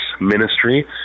ministry